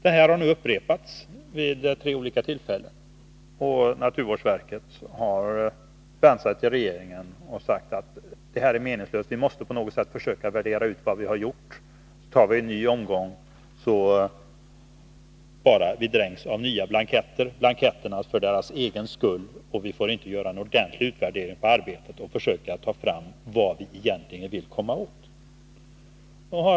Detta har nu upprepats vid tre olika tillfällen, och naturvårdsverket har vänt sig till regeringen och sagt att detta är meningslöst och att vi på något sätt måste försöka värdera ut vad vi gjort. Tar vi en ny omgång kommer vi bara att dränkas av nya blanketter för blanketternas egen skull, och vi får inte göra en ordentlig utvärdering av arbetet och försöka ta fram vad vi egentligen vill komma åt.